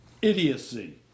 Idiocy